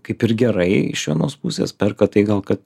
kaip ir gerai iš vienos pusės perka tai gal kad